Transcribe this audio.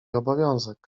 obowiązek